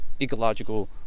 ecological